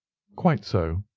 quite so.